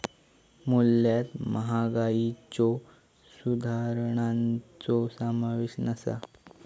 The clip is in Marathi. मूल्यात महागाईच्यो सुधारणांचो समावेश नसा